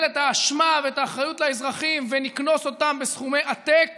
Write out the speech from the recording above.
את האשמה ואת האחריות על האזרחים ונקנוס אותם בסכומי עתק